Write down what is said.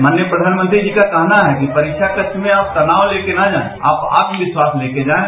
माननीय प्रधानमंत्री जी का कहना है कि परीक्षा कक्ष में आप तनाव लेके न जाएं आप आत्मविस्वास लेके जाएं